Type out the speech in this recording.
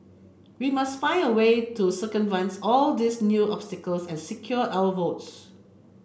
we must find a way to circumvent all these new obstacles and secure our votes